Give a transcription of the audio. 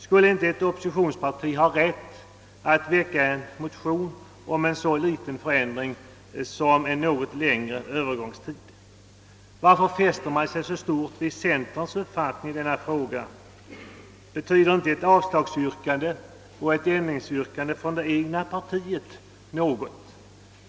Skulle inte ett oppositionsparti ha rätt att väcka en motion om en så liten förändring som en något längre Öövergångstid? Varför fäster man så stort avseende vid centerns uppfattning i denna fråga? Betyder inte ett avslagsyrkande och ett ändringsyrkande från det egna partiet något?